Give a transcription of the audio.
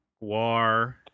War